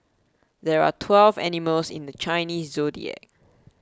there are twelve animals in the Chinese zodiac